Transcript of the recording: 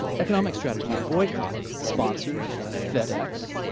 economic strategies, boycott, sponsors, fedex,